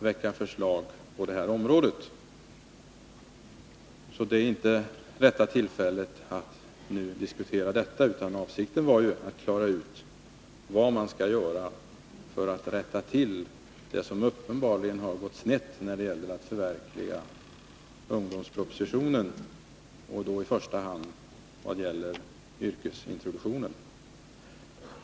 Därför är det inte rätta tillfället att i dag diskutera detta, utan avsikten var att klara ut vad man skall göra för att rätta till det som uppenbarligen har gått snett i fråga om att förverkliga förslagen i ungdomspropositionen, och då i första hand det som gäller yrkesintroduktionen.